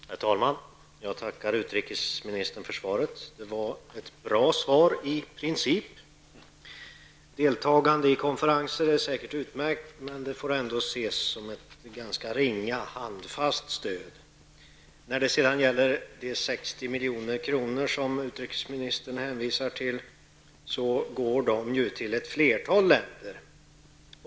Herr talman! Jag tackar utrikesministern för svaret. Det var i princip ett bra svar. Deltagande i konferenser är säkert utmärkt, men det får ändå ses som ett ganska ringa handfast stöd. De 60 milj.kr. som utrikesministern hänvisar till går till ett flertal länder.